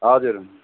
हजुर